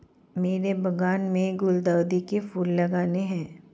मेरे बागान में गुलदाउदी के फूल लगाने हैं